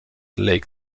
lake